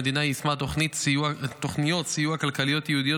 המדינה יישמה תוכניות סיוע כלכליות ייעודיות